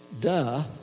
duh